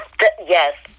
Yes